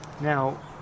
Now